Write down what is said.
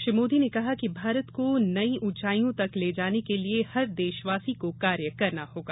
श्री मोदी ने कहा कि भारत को नई उंचाइयों तक ले जाने के लिए हर देशवासी को कार्य करना होगा